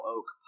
Oak